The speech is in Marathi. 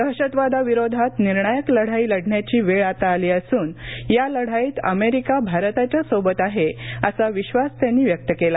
दहशतवादाविरोधात निर्णायक लढाई लढण्याची वेळ आता आली असून या लढाईत अमेरिका भारताच्या सोबत आहे असा विश्वास त्यांनी व्यक्त केला